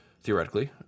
theoretically